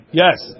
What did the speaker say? yes